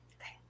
okay